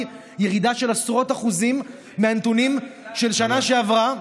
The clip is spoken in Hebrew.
ירידה של עשרות אחוזים לעומת הנתונים של שנה שעברה.